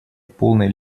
полной